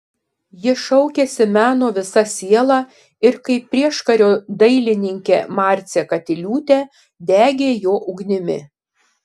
ji šaukėsi meno visa siela ir kaip prieškario dailininkė marcė katiliūtė degė jo ugnimi